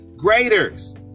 graders